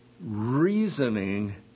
reasoning